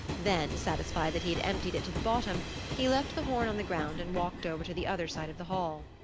then, satisfied that he had emptied it to the bottom he left the horn on the ground and walked over to the other side of the hall.